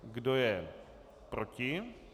Kdo je proti?